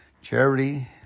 Charity